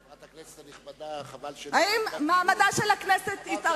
חברת הכנסת הנכבדה, חבל שלא היית כאן.